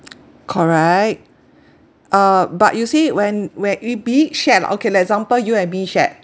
correct uh but you see when where it being shared like okay like example you and me share